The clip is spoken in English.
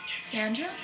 Sandra